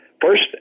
First